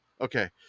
okay